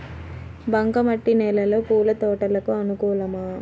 బంక మట్టి నేలలో పూల తోటలకు అనుకూలమా?